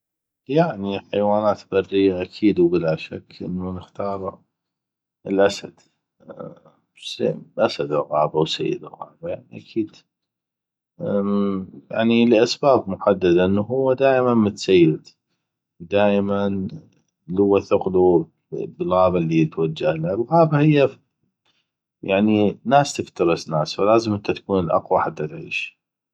يعني حيوانات بريه اكيد وبلا شك انو نختار الاسد اسد الغابه وسيد الغابه يعني اكيد ل اسباب محدده انو هو. دائما متسيد دائما لوه ثقلو بالغابه اللي يتوجهله الغابه هيه ناس تفترس ناس ف لازم تكون الاقوى حته تعيش